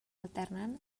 alternant